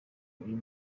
uyu